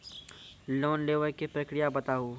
Loan लेवे के प्रक्रिया बताहू?